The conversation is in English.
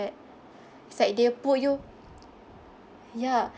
like it's like they pulled you ya